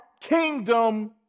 kingdom